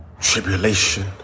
tribulation